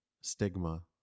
stigma